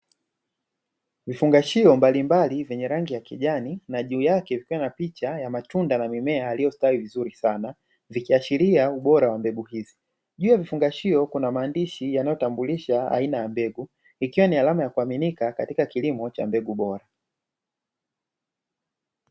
Vifungashio mbalimbali vyenye rangi ya kijani na juu yake vikiwa na picha ya matunda na mimea yaliyostawi vizuri sana zikiashiria ubora wa mbegu hizo. Juu ya vifungashio kuna maandishi yanayotambulisha aina ya mbegu ikiwa ni alama ya kuaminika katika kilimo cha mbegu bora.